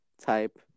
Type